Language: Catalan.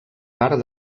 part